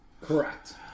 Correct